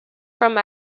from